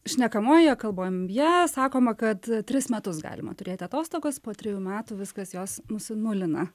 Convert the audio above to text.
šnekamojoje kalboje sakoma kad tris metus galima turėti atostogas po trejų metų viskas jos nusinulina